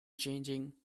changing